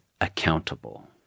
accountable